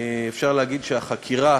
אפשר להגיד שהחקירה,